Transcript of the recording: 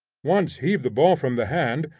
once heave the ball from the hand,